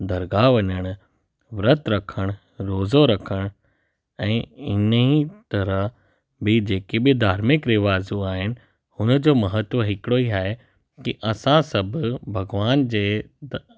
दरगाह वञण विर्तु रखण रोजो रखण ऐं इन ई तरह बि जेकी बि धार्मिक रिवाज़ु आहिनि हुनजो महत्व हिकिड़ो ई आहे की असां सभु भॻवान जे त